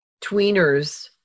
tweeners